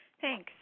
Thanks